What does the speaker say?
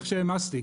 איך שהעמסתי,